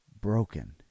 broken